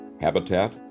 habitat